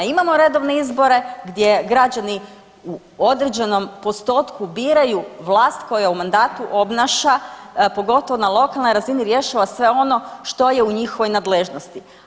Imamo redovne izbore gdje građani u određenom postotku biraju vlast koja u mandatu obnaša pogotovo na lokalnoj razini rješava sve ono što je u njihovoj nadležnosti.